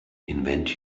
invent